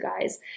guys